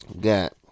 got